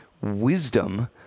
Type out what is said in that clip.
wisdom